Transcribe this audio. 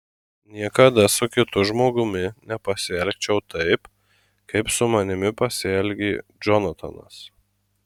niekada su kitu žmogumi nepasielgčiau taip kaip su manimi pasielgė džonatanas